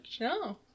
No